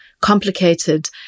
complicated